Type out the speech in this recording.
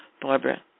Barbara